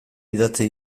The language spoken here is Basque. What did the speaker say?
idatzi